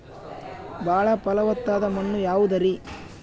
ಬಾಳ ಫಲವತ್ತಾದ ಮಣ್ಣು ಯಾವುದರಿ?